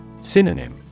Synonym